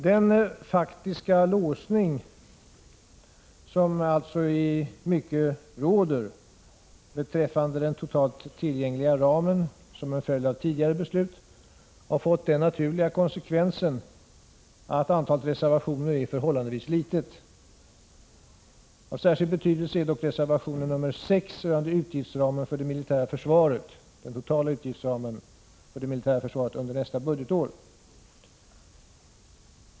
Den faktiska låsning som alltså i mycket råder beträffande den totalt tillgängliga ramen som en följd av tidigare beslut har fått den naturliga konsekvensen att antalet reservationer är förhållandevis litet. Av särskild betydelse är dock reservationen 6 rörande den totala utgiftsramen för det militära försvaret under nästa budgetår.